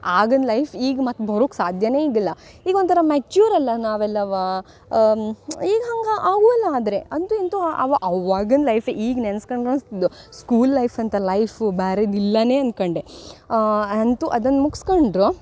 ಆಗಂದು life ಈಗ ಮತ್ತೆ ಬರುಕ್ಕೆ ಸಾಧ್ಯವೇ ಇದ್ದಿಲ್ಲ ಈಗ ಒಂಥರ ಮೆಚ್ಯೂರಲ್ಲ ನಾವೆಲ್ಲವು ಈಗ ಹಂಗೆ ಆಗುಲ್ಲ ಆದರೆ ಅಂತೂ ಇಂತೂ ಆ ಅವ ಅವ್ವಾಗಿಂದು ಲೈಫೇ ಈಗ ನೆನ್ಸ್ಗಣ್ಕ್ ಅನಿಸ್ತಿದ್ದೊ ಸ್ಕೂಲ್ ಲೈಫ್ ಅಂಥ ಲೈಫ್ ಬೇರೆದಿಲ್ಲನೇ ಅನ್ಕೊಂಡೆ ಅಂತೂ ಅದನ್ನು ಮುಗಿಸ್ಕೊಂಡ್ರು